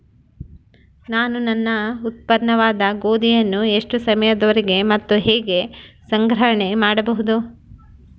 ನಾನು ನನ್ನ ಉತ್ಪನ್ನವಾದ ಗೋಧಿಯನ್ನು ಎಷ್ಟು ಸಮಯದವರೆಗೆ ಮತ್ತು ಹೇಗೆ ಸಂಗ್ರಹಣೆ ಮಾಡಬಹುದು?